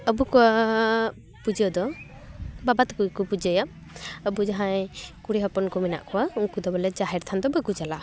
ᱟᱵᱚ ᱠᱚ ᱟᱻ ᱯᱩᱡᱟᱹ ᱫᱚ ᱵᱟᱵᱟ ᱛᱟᱠᱚ ᱜᱮᱠᱚ ᱯᱩᱡᱟᱹᱭᱟ ᱟᱵᱚ ᱡᱟᱦᱟᱸᱭ ᱠᱩᱲᱤ ᱦᱚᱯᱚᱱ ᱠᱚ ᱢᱮᱱᱟᱜ ᱠᱚᱣᱟ ᱩᱱᱠᱩ ᱫᱚ ᱵᱚᱞᱮ ᱡᱟᱦᱮᱨ ᱛᱷᱟᱱ ᱫᱚ ᱵᱟᱠᱚ ᱪᱟᱞᱟᱜᱼᱟ